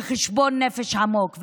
וחשבון נפש עמוק.